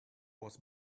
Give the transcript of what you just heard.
was